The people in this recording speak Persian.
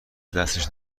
دستش